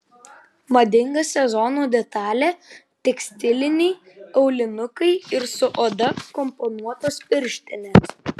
madinga sezono detalė tekstiliniai aulinukai ir su oda komponuotos pirštinės